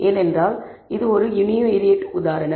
ஏனென்றால் இது ஒரு யுனிவேரியேட் உதாரணம்